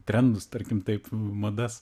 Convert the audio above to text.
trendus tarkim taip madas